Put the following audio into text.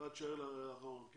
ראשית, אני